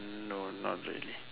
no not really